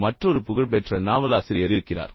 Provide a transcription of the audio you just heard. இப்போது மற்றொரு புகழ்பெற்ற நாவலாசிரியர் இருக்கிறார்